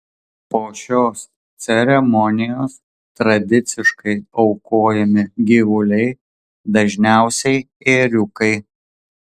po šios ceremonijos tradiciškai aukojami gyvuliai dažniausiai ėriukai